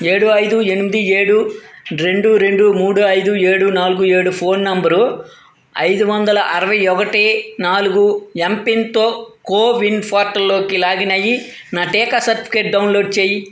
ఏడు ఐదు ఎనిమిది ఏడు రెండు రెండు మూడు ఐదు ఏడు నాలుగు ఏడు ఫోన్ నంబరు ఐదు వందల అరవై ఒకటి నాలుగు ఎంపిన్తో కోవిన్ పోర్టల్లోకి లాగిన్ అయ్యి నా టీకా సర్టిఫికేట్ డౌన్లోడ్ చేయి